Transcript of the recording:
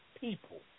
people